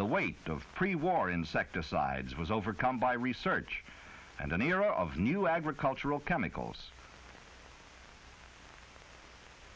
the weight of pre war insecticides was overcome by research and an air of new agricultural chemicals